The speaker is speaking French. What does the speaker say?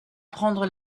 prendre